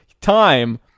time